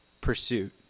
pursuit